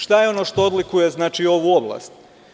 Šta je ono što odlikuje ovu oblast?